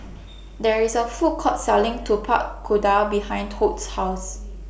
There IS A Food Court Selling Tapak Kuda behind Todd's House